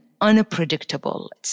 unpredictable